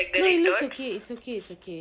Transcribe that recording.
no it looks okay it's okay it's okay